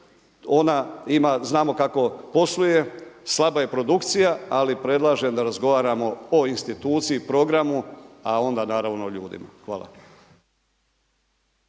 ona ima, znamo kako posluje, slaba je produkcija ali predlažem da razgovaramo o instituciji, programu a onda naravno o ljudima. Hvala.